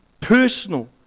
Personal